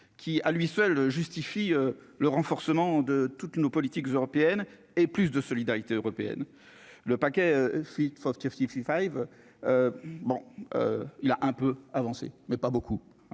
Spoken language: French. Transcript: qui à lui seul, justifie le renforcement de toutes nos politiques européenne et plus de solidarité européenne le paquet, si son fief Five, bon, il a un peu avancé, mais pas beaucoup,